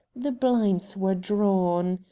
the blinds were drawn.